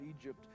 Egypt